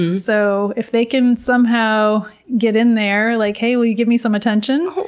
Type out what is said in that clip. so if they can somehow get in there like, hey, will you give me some attention?